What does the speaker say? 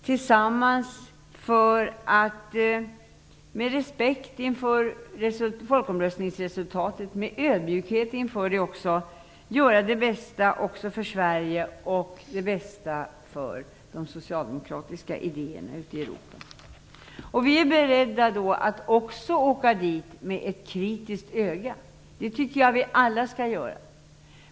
Vi åker för att med respekt och ödmjukhet inför folkomröstningsresultatet göra det bästa också för Sverige, och det bästa för de socialdemokratiska idéerna ute i Europa. Vi är beredda att också åka dit med ett kritiskt öga. Det tycker jag att vi alla skall göra.